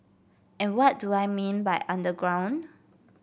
and what do I mean by underground